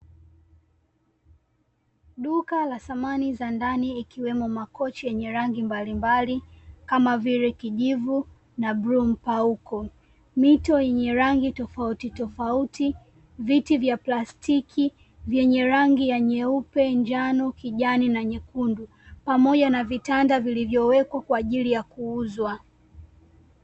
Duka la samani za ndani ikiwemo makochi yenye rangi mbalimbali kama vile kijivu na bluu mpauko; mito yenye rangi tofauti tofauti; viti vya plastiki vyenye rangi ya nyeupe, njano, kijani na nyekundu; pamoja na vitanda vilivyowekwa kwa ajili ya kuuzwa.